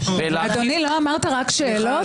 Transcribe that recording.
אדוני, אתה לא אמרת רק שאלות?